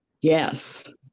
yes